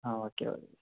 ആ ഓക്കേ ഓ